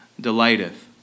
delighteth